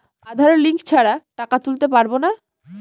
আধার link ছাড়া টাকা তুলতে পারব না?